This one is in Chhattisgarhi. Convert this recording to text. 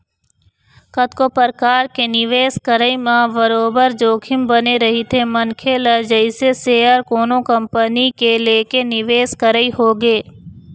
कतको परकार के निवेश करई म बरोबर जोखिम बने रहिथे मनखे ल जइसे सेयर कोनो कंपनी के लेके निवेश करई होगे